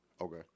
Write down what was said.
Okay